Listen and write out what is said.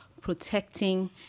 protecting